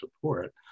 support